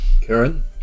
Karen